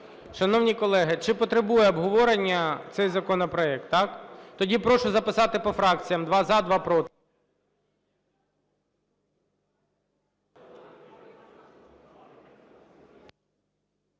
Шановні колеги, чи потребує обговорення цей законопроект? Так. Тоді прошу записатись по фракціях: два – за, два – проти.